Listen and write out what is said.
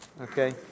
Okay